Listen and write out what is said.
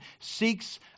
seeks